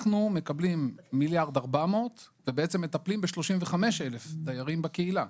אנחנו מקבלים 1.4 מיליארד ומטפלים ב-35,000 דיירים בקהילה.